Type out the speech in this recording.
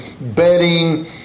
bedding